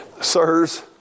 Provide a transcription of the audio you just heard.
sirs